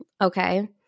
Okay